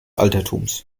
altertums